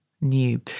new